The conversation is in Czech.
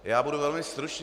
Já budu velmi stručný.